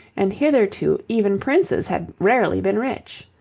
and hitherto even princes had rarely been rich.